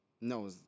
No